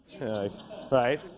right